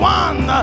one